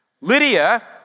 Lydia